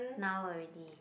now already